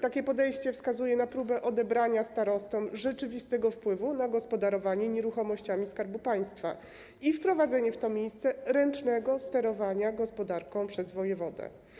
Takie podejście wskazuje na próbę odebrania starostom rzeczywistego wpływu na gospodarowanie nieruchomościami Skarbu Państwa i wprowadzenie w to miejsce ręcznego sterowania gospodarką przez wojewodę.